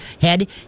head